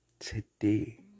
today